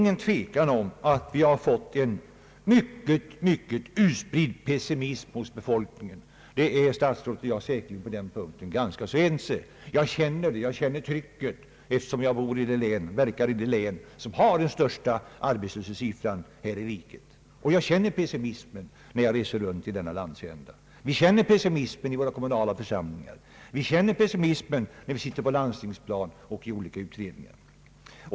Utan tvivel råder en utbredd pessimism bland befolkningen. På den punkten är herr statsrådet och jag säkerligen ense. Jag känner trycket eftersom jag bor och verkar i det län som har den största arbetslöshetssiffran här i riket. Jag känner pessimismen när jag reser runt i denna landsända. Vi känner pessimismen i våra kommunala församlingar, på landstingsplanet och i olika utredningar.